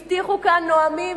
הבטיחו כאן נואמים,